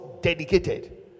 dedicated